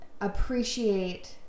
appreciate